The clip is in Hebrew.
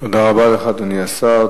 תודה רבה לך, אדוני השר.